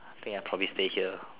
I think I probably stay here